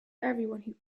everyone